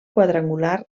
quadrangular